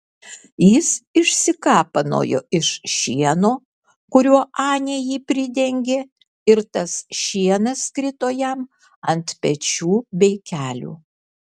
jis išsikapanojo iš šieno kuriuo anė jį pridengė ir tas šienas krito jam ant pečių bei kelių